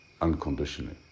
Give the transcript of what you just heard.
unconditionally